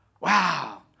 Wow